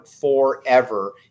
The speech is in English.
forever